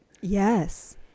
yes